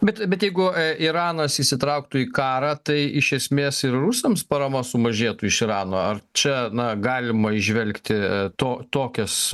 bet bet jeigu iranas įsitrauktų į karą tai iš esmės ir rusams parama sumažėtų iš irano ar čia na galima įžvelgti to tokias